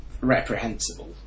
reprehensible